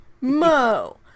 Mo